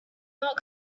not